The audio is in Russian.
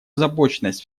озабоченность